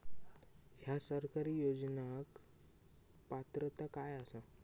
हया सरकारी योजनाक पात्रता काय आसा?